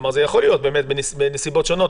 זה יכול להיות בנסיבות שונות,